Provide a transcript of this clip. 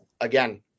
Again